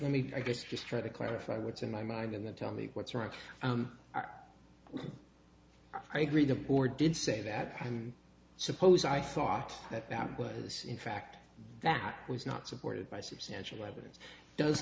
i just try to clarify what's in my mind and then tell me what's right i agree to or did say that and suppose i thought that that was in fact that was not supported by substantial evidence does